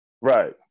Right